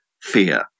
fear